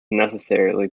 necessarily